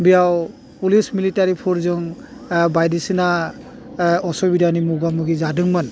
बेयाव पुलिस मिलिटारीफरजों बायदिसिना असुबिदानि मुगा मुगि जादोंमोन